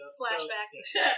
flashbacks